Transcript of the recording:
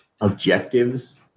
objectives